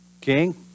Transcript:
King